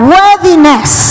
worthiness